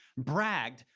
bragged,